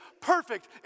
perfect